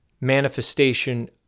manifestation